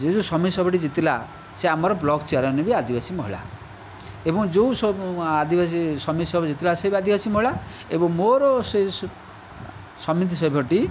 ସେ ଯେଉଁ ସମିତି ସଭ୍ୟଟି ଜିତିଲା ସିଏ ଆମର ବ୍ଲକ୍ ଚେୟାରମ୍ୟାନ୍ ବି ଆଦିବାସୀ ମହିଳା ଏବଂ ଯେଉଁ ଆଦିବାସୀ ସମିତି ସଭ୍ୟ ଜିତିଲା ସେ ବି ଆଦିବାସୀ ମହିଳା ଏବଂ ମୋର ସମିତି ସଭ୍ୟଟି